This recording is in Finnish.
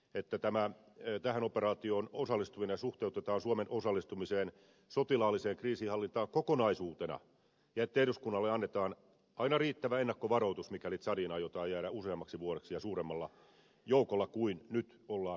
pidänkin tärkeänä että tähän operaatioon osallistuminen suhteutetaan suomen osallistumiseen sotilaalliseen kriisinhallintaan kokonaisuutena ja että eduskunnalle annetaan aina riittävä ennakkovaroitus mikäli tsadiin aiotaan jäädä useammaksi vuodeksi ja suuremmalla joukolla kuin nyt ollaan esittämässä